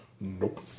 nope